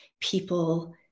people